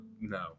No